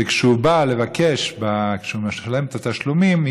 וכשהוא בא לבקש תשלומים כשהוא משלם,